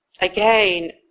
Again